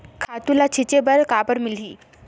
खातु ल छिंचे बर काबर मिलही?